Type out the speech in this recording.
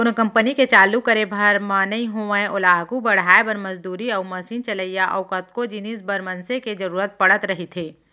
कोनो कंपनी के चालू करे भर म नइ होवय ओला आघू बड़हाय बर, मजदूरी अउ मसीन चलइया अउ कतको जिनिस बर मनसे के जरुरत पड़त रहिथे